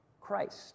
Christ